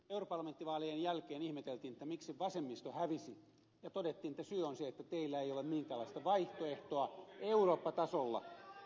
europarlamenttivaalien jälkeen ihmeteltiin miksi vasemmisto hävisi ja todettiin että syy on se että teillä ei ole minkäänlaista vaihtoehtoa eurooppa tasolla